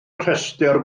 rhestr